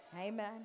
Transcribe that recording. Amen